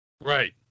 right